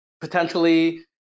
potentially